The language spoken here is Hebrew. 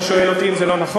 אתה שואל אותי אם זה לא נכון?